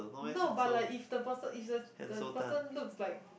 no but like if the person if the the person looks like